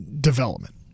development